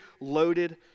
loaded